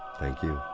thank you